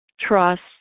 trust